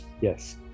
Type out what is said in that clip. Yes